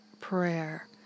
prayer